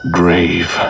grave